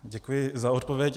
Děkuji za odpověď.